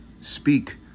speak